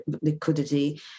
liquidity